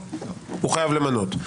הוא חייב למנות.